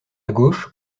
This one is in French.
gauche